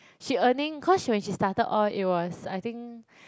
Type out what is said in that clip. she earning cause she when she started out it was I think